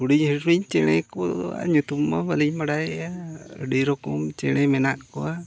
ᱦᱩᱰᱤᱧ ᱦᱩᱰᱤᱧ ᱪᱮᱬᱮ ᱠᱚᱣᱟᱜ ᱧᱩᱛᱩᱢ ᱢᱟ ᱵᱟᱹᱞᱤᱧ ᱵᱟᱲᱟᱭᱟ ᱟᱹᱰᱤ ᱨᱚᱠᱚᱢ ᱪᱮᱬᱮ ᱢᱮᱱᱟᱜ ᱠᱚᱣᱟ